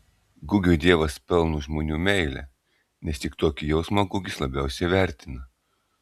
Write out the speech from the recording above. gugiui dievas pelno žmonių meilę nes tik tokį jausmą gugis labiausiai vertina